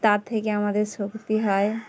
তার থেকে আমাদের শক্তি হয়